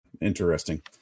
interesting